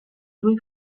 due